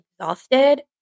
exhausted